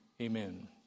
Amen